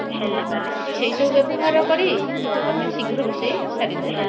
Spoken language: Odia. ସେଇସବୁ ବ୍ୟବହାର କରି ଆମେ ଶୀଘ୍ର ରୋଷେଇ ସାରିଦେଉ